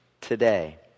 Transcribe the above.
today